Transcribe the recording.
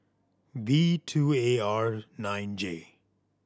V two A R nine J